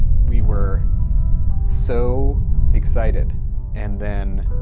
we were so excited and then